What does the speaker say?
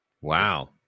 Wow